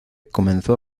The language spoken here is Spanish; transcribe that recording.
comenzó